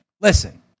listen